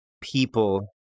people